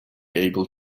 able